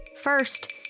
First